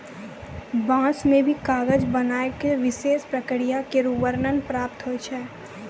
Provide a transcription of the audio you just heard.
बांस सें भी कागज बनाय क विशेष प्रक्रिया केरो वर्णन प्राप्त होय छै